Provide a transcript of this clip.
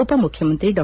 ಉಪ ಮುಖ್ಯಮಂತ್ರಿ ಡಾ